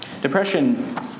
Depression